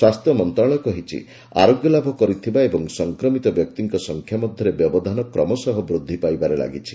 ସ୍ୱାସ୍ଥ୍ୟମନ୍ତ୍ରଣାଳୟ କହିଛି ଆରୋଗ୍ୟଲାଭ କରିଥିବା ଓ ସଂକ୍ରମିତ ବ୍ୟକ୍ତିଙ୍କ ସଂଖ୍ୟାଙ୍କ ମଧ୍ୟରେ ବ୍ୟବଧାନ କ୍ରମଶଃ ବୃଦ୍ଧି ପାଇବାରେ ଲାଗିଛି